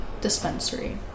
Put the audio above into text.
dispensary